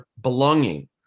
belonging